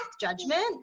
judgment